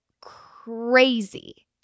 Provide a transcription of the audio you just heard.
crazy